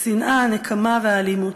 השנאה, הנקמה והאלימות.